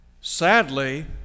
Sadly